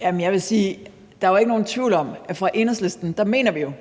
der jo ikke er nogen tvivl om, at vi i Enhedslisten mener,